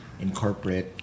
incorporate